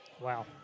Wow